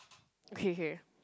okay K